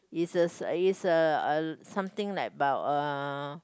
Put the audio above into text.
is uh is uh something like about uh